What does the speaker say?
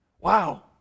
Wow